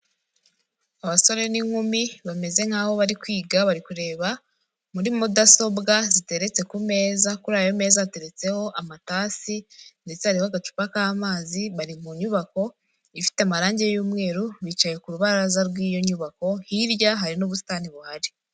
Abasore n'inkumi bameze nk'aho bari kwiga bari kureba muri mudasobwa ziteretse ku meza, kuri ayo meza yateretseho amatasi ndetse hariho agacupa k'amazi, bari mu nyubako ifite amarangi y'umweru bicaye ku rubaraza rw'iyo nyubako, hirya hari n'ubusitani buhari.